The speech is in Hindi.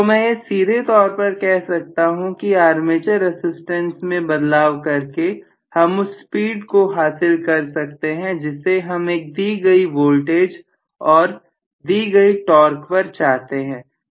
तो मैं यह सीधे तौर पर कह सकता हूं कि आर्मेचर रसिस्टेंस में बदलाव करके हम उस स्पीड को हासिल कर सकते हैं जिसे हम एक दी गई वोल्टेज और दी गई टॉर्क पर चाहते हैं